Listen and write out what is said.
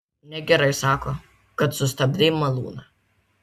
negerai sako kad sustabdei malūną